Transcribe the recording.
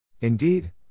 Indeed